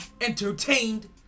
entertained